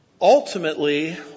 Ultimately